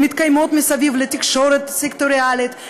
הן מתקיימות מסביב לתקשורת סקטוריאלית,